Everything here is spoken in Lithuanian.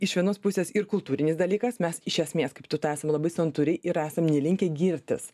iš vienos pusės ir kultūrinis dalykas mes iš esmės kaip tu esam labai santūri ir esame linkę girtis